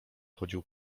chodził